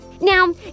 Now